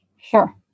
Sure